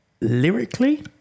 lyrically